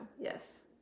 Yes